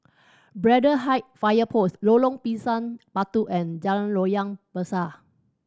Braddell Height Fire Post Lorong Pisang Batu and Jalan Loyang Besar